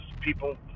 people